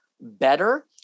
better